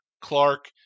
Clark